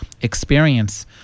experience